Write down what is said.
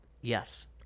yes